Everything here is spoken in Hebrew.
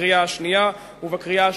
בקריאה השנייה ובקריאה השלישית.